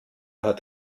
hat